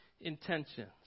intentions